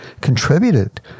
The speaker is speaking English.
contributed